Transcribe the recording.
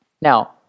Now